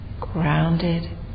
grounded